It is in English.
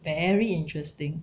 very interesting